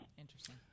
Interesting